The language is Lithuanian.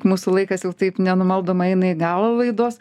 mūsų laikas jau taip nenumaldomai eina į galą laidos